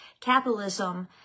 capitalism